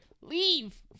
Leave